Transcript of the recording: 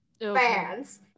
fans